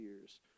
years